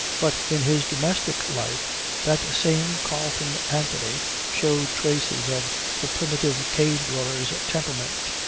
but in his domestic life that same carleon anthony showed traces of the primitive cave-dweller's temperament.